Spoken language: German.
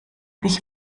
mich